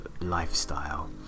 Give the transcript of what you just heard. lifestyle